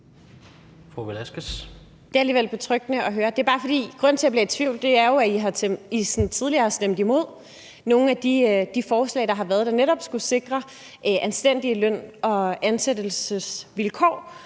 Det er alligevel betryggende at høre. Grunden til, at jeg bliver i tvivl, er jo, at I tidligere har stemt imod nogle af de forslag, der har været, som netop skulle sikre anstændige løn- og ansættelsesvilkår.